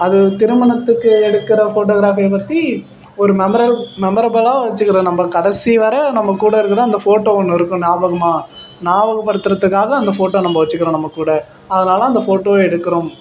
அது திருமணத்துக்கு எடுக்கிற ஃபோட்டோகிராஃபியை பற்றி ஒரு மெமரல் மெமரபுளாக வச்சுக்கிறோம் நம்ம கடைசி வர நம்ம கூட இருக்கிற அந்த ஃபோட்டோ ஒன்று இருக்கும் ஞாபகமாக ஞாபகப்படுத்துகிறத்துக்காக அந்த ஃபோட்டோ நம்ம வச்சுக்கிறோம் நம்ம கூட அதனால் அந்த ஃபோட்டோ எடுக்கிறோம்